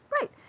Right